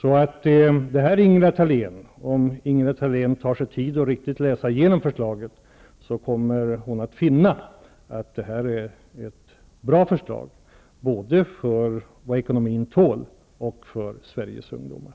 Om Ingela Thalén ger sig tid för en riktig genom läsning av förslaget, kommer hon att finna att det är ett bra förslag både med tanke på vad ekonomin tål och för Sveriges ungdomar.